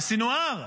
לסנוואר?